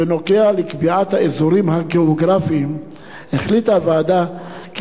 בנוגע לקביעת האזורים הגיאוגרפיים החליטה הוועדה כי